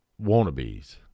wannabes